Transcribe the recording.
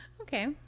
Okay